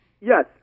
Yes